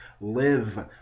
live